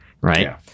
Right